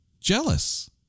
jealous